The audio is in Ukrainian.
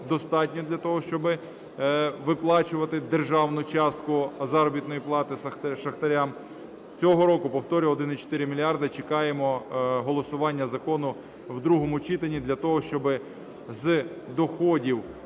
достатньо для того, щоб виплачувати державну частку заробітної плати шахтарям. Цього року, повторюю, 1,4 мільярда, чекаємо голосування закону в другому читанні для того, щоб з доходів